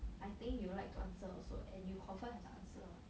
I think you like to answer also and you confirm have the answer [one]